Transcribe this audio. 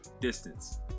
Distance